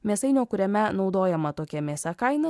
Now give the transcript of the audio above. mėsainio kuriame naudojama tokia mėsa kaina